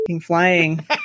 flying